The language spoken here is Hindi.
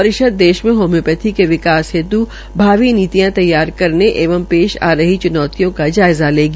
परिषद देश मे होम्योपैथी के विकास हेत् नीतियां तैयार करने एवं पेश आ रही चुनौतियों का जायज़ा लेगी